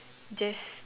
just